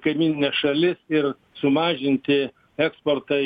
kaimynines šalis ir sumažinti eksportą į